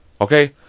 Okay